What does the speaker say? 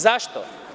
Zašto?